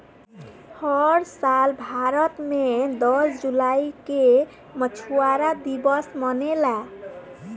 हर साल भारत मे दस जुलाई के मछुआरा दिवस मनेला